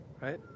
right